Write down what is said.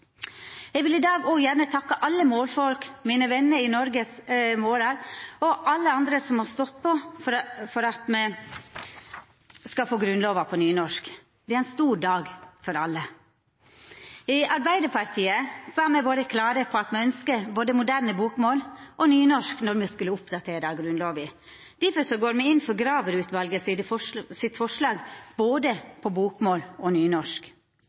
Eg vil i dag òg gjerne takka alle målfolk, mine vener i Noregs Mållag og alle andre som har stått på for at me skal få Grunnlova på nynorsk. Det er ein stor dag for alle. I Arbeidarpartiet har me vore klare på at me ønskte både moderne bokmål og nynorsk når me skulle oppdatera Grunnlova. Difor går me inn for forslaget til Graver-utvalet både på bokmål og nynorsk.